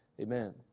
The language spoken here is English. Amen